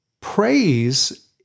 praise